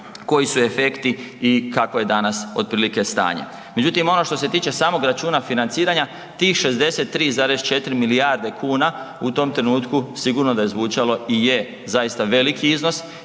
koji su efekti i kako je danas, otprilike stanje. Međutim, ono što se tiče samog računa financiranja, tih 63,4 milijarde kuna u tom trenutku sigurno da je zvučalo i je zaista veliki iznos